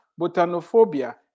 botanophobia